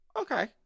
okay